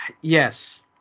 Yes